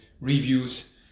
reviews